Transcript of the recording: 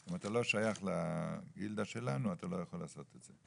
אם אתה לא שייך לגילדה שלנו אתה לא יכול לעשות את זה.